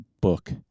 book